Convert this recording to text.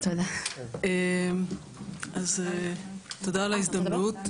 אז תודה על ההזדמנות,